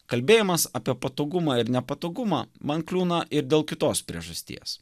kalbėjimas apie patogumą ir nepatogumą man kliūna ir dėl kitos priežasties